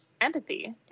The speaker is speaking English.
empathy